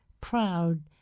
proud